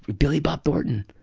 billy bob thornton,